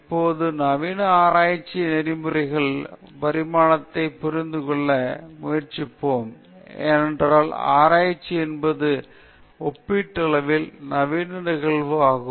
இப்போது நவீன ஆராய்ச்சி நெறிமுறைகளின் பரிணாமத்தை புரிந்து கொள்ள முயற்சிப்போம் ஏனென்றால் ஆராய்ச்சி என்பது ஒப்பீட்டளவில் நவீன நிகழ்வு ஆகும்